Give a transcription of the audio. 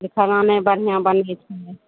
खाना नहि बढ़िआँ बनलै